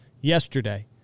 yesterday